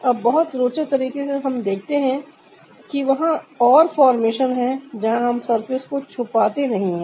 अब बहुत रोचक तरीके से हम देखते हैं कि वहां और फॉर्मेशन हैं जहां हम सरफेस को छुपाते नहीं हैं